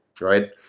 Right